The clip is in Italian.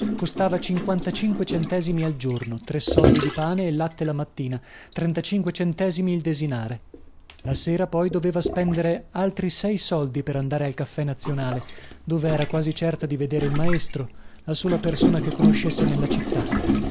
costava cinquantacinque centesimi al giorno tre soldi di pane e latte la mattina trentacinque centesimi il desinare la sera poi doveva spendere altri sei soldi per andare al caffè nazionale dove era quasi certa di vedere il maestro la sola persona che conoscesse nella città